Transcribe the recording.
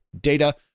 data